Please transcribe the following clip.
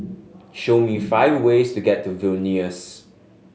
show me five ways to get to Vilnius